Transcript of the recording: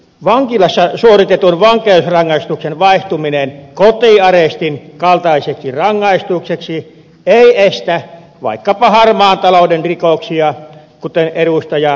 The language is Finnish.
vankilassa suoritetun vankeusrangaistuksen vaihtuminen kotiarestin kaltaiseksi rangaistukseksi ei estä vaikkapa harmaan talouden rikoksia kuten ed